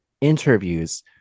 interviews